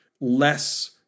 less